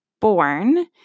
born